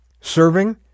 serving